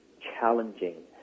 challenging